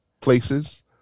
places